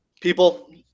people